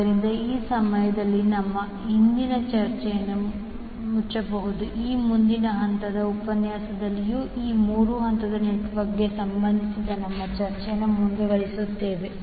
ಆದ್ದರಿಂದ ಈ ಸಮಯದಲ್ಲಿ ನಮ್ಮ ಇಂದಿನ ಚರ್ಚೆಯನ್ನು ಮುಚ್ಚಬಹುದುಈ ಮುಂದಿನ ಹಂತದ ಉಪನ್ಯಾಸದಲ್ಲಿಯೂ ಈ 3 ಹಂತದ ನೆಟ್ವರ್ಕ್ಗೆ ಸಂಬಂಧಿಸಿದ ನಮ್ಮ ಚರ್ಚೆಯನ್ನು ಮುಂದುವರಿಸುತ್ತದೆ